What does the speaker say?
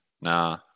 Nah